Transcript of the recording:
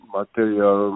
material